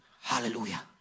Hallelujah